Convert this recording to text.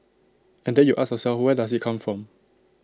and then you ask yourself where does IT come from